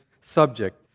subject